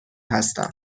هستم